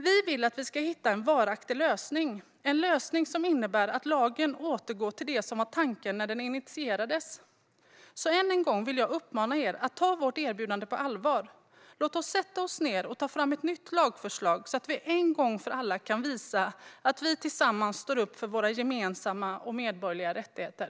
Vi vill att vi ska hitta en varaktig lösning - en lösning som innebär att lagen återgår till det som var tanken när den initierades. Än en gång vill jag uppmana er att ta vårt erbjudande på allvar. Låt oss sätta oss ned och ta fram ett nytt lagförslag, så att vi en gång för alla kan visa att vi tillsammans står upp för våra gemensamma och medborgerliga rättigheter.